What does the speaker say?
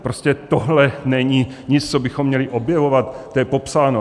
Prostě tohle není nic, co bychom měli objevovat, to je popsáno.